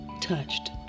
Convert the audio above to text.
Touched